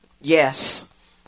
yes